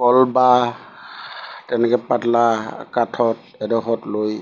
কল বা তেনেকৈ পাতলা কাঠত এডোখৰত লৈ